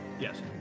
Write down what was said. Yes